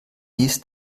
dies